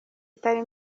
itari